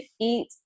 eat